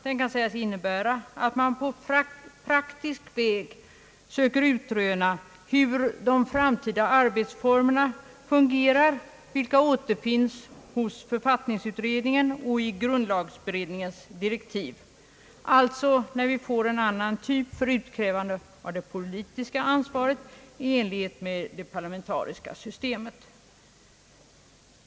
Den kan sägas innebära att man på praktisk väg söker utröna hur de framtida arbetsformerna bör fungera, vilka återfinns hos författningsutredningen och i grundlagberedningens direktiv, alltså när vi får en annan form av utkrävandet av det politiska ansvaret i enlighet med det parlamentariska systemet.